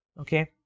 okay